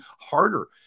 harder